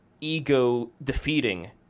ego-defeating